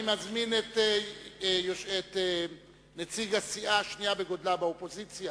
אני מזמין את נציג הסיעה השנייה בגודלה באופוזיציה,